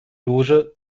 loge